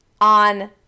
on